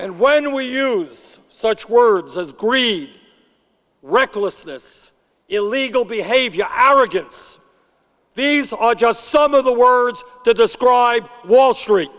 and when we use such words as greedy recklessness illegal behavior our gets these are just some of the words to describe wall street